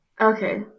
Okay